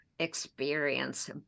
experience